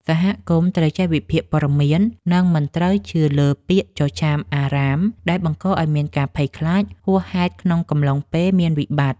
សហគមន៍ត្រូវចេះវិភាគព័ត៌មាន និងមិនត្រូវជឿលើពាក្យចចាមអារ៉ាមដែលបង្កឱ្យមានការភ័យខ្លាចហួសហេតុក្នុងកំឡុងពេលមានវិបត្តិ។